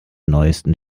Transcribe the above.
neuesten